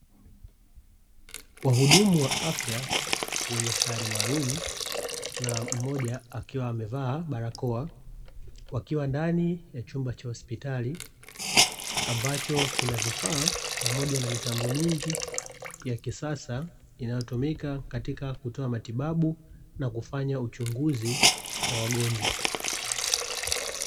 Wahudumu wa afya wenye sare maalumu, na mmoja akiwa amevaa barakoa, wakiwa ndani ya chumba cha hospitali, ambacho kina vifaa pamoja na mitambo mingi ya kisasa, inayotumika katika kutoa matibabu, na kufanya uchunguzi kwa wagonjwa.